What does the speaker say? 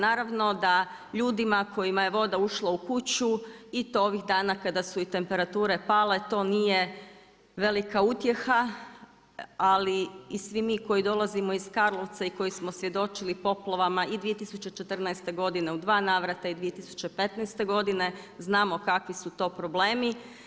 Naravno da ljudima kojima je voda ušla u kuću i to ovih dana kada su i temperature pale to nije velika utjeha, ali i svi mi koji dolazimo iz Karlovca i koji smo svjedočili poplavama i 2014. godine u dva navrata i 2015. godine znamo kakvi su to problemi.